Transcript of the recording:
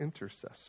intercessor